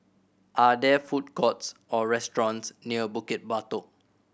are there food courts or restaurants near Bukit Batok